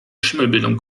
schimmelbildung